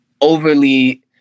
overly